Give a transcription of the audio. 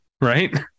right